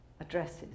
addresses